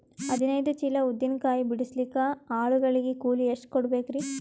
ಹದಿನೈದು ಚೀಲ ಉದ್ದಿನ ಕಾಯಿ ಬಿಡಸಲಿಕ ಆಳು ಗಳಿಗೆ ಕೂಲಿ ಎಷ್ಟು ಕೂಡಬೆಕರೀ?